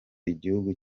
igihugu